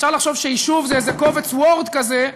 אפשר לחשוב שיישוב זה איזה קובץ "וורד" כזה,